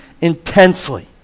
intensely